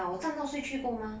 ya 我站到睡去过 mah